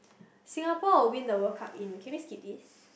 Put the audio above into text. Singapore will win the World Cup in can we skip this